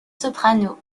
soprano